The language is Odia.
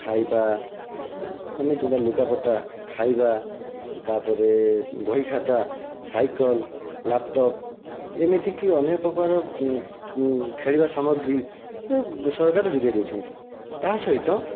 ଖାଇବା ମାନେ ଯେଉଁଟା ଲୁଗାପଟା ଖାଇବା ତା'ପରେ ବହି ଖାତା ସାଇକେଲ ଲ୍ୟାପ୍ଟପ୍ ଏମିତିକି ଏନେକ ପ୍ରକାରର ଖେଳିବା ସାମଗ୍ରୀ ସରକାର ଯୋଗାଇ ଦେଉଛନ୍ତି ତାହା ସହିତ